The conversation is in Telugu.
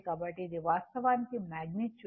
కాబట్టి ఇది వాస్తవానికి మాగ్నిట్యూడ్